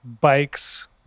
bikes